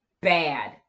Bad